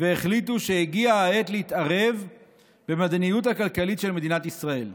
והחליטו שהגיעה העת להתערב במדיניות הכלכלית של מדינת ישראל.